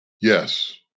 Yes